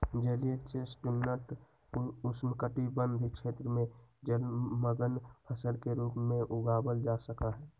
जलीय चेस्टनट उष्णकटिबंध क्षेत्र में जलमंग्न फसल के रूप में उगावल जा सका हई